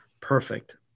perfect